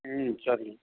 ம் சரிங்க